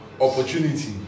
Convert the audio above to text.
opportunity